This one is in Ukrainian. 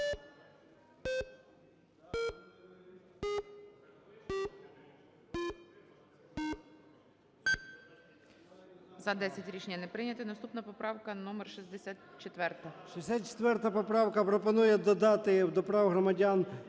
За-10 Рішення не прийнято. Наступна поправка номер 64-а.